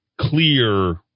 clear